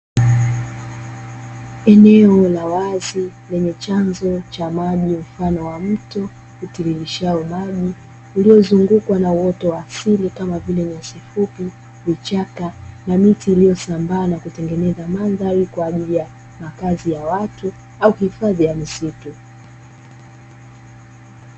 Eneo la wazi lenye chanzo cha maji mfano wa mto utiririshao maji uliozungukwa na uoto wa asili kama vile; nyasi fupi, vichaka na miti iliyosambaa na kutengeneza mandhari kwa ajili ya makazi ya watu au hifadhi ya misitu.